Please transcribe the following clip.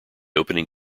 opening